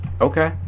Okay